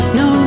no